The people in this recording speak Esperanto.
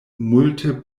multe